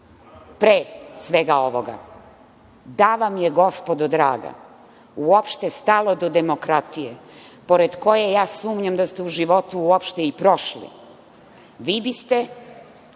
pre svega ovoga. Da vam je, gospodo draga, uopšte stalo do demokratije, pored koje ja sumnjam da ste u životu uopšte i prošli, vi biste